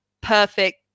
perfect